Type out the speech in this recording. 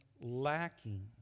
lacking